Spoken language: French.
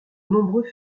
nombreux